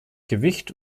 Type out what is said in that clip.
gewicht